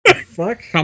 Fuck